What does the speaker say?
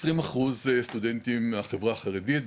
עשרים אחוז סטודנטים מהחברה החרדית,